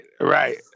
Right